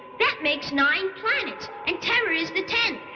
that makes nine planets, and terra is the tenth.